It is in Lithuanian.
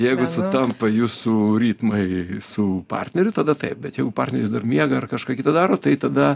jeigu sutampa jūsų ritmai su partneriu tada taip bet jeigu partneris dar miega ar kažką kita daro tai tada